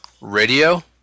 radio